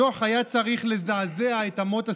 הדוח היה צריך לזעזע את אמות הסיפים,